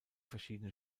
verschiedene